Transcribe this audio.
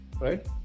right